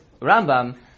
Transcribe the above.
Rambam